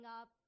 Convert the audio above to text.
up